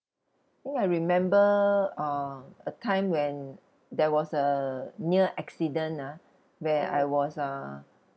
think I remember uh a time when there was a near accident ah where I was uh